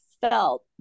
felt